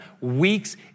weeks